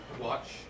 watch